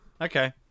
Okay